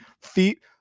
feet